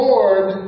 Lord